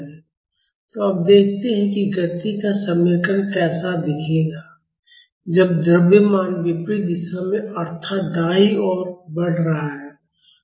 तो अब देखते हैं कि गति का समीकरण कैसा दिखेगा जब द्रव्यमान विपरीत दिशा में अर्थात दाईं ओर बढ़ रहा है